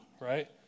right